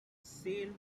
sailed